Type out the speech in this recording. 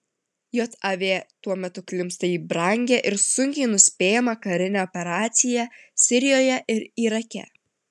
jav tuo metu klimpsta į brangią ir sunkiai nuspėjamą karinę operaciją sirijoje ir irake